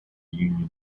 union